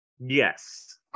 Yes